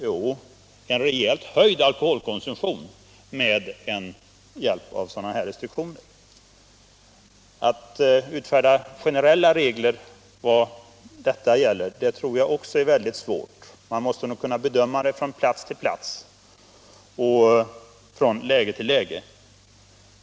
Jo, en rejält höjd alkoholkonsumtion med hjälp av de här restriktionerna. Att utfärda generella regler i det fallet tror jag också är mycket svårt. Man måste nog kunna bedöma det från plats till plats och från läge till läge.